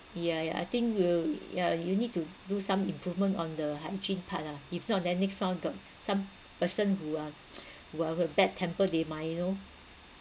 ya ya I think we'll ya you need to do some improvement on the hygiene part ah if not then next round the some person who are who are a bad tempered they might you know